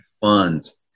funds